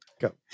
go